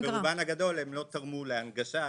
כשברור לגמרי שברובן הגדול הן לא תרמו להנגשה,